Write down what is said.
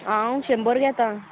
हांव शंबर घेता